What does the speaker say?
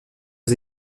aux